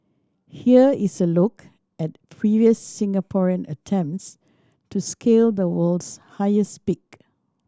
here is a look at previous Singaporean attempts to scale the world's highest peak